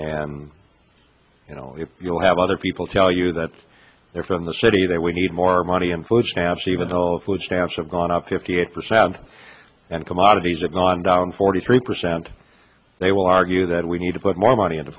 and you know you'll have other people tell you that they're from the city that we need more money in food stamps even though a food stamps have gone up fifty eight percent and commodities are gone down forty three percent they will argue that we need to put more money into